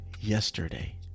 yesterday